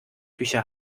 küche